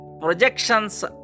projections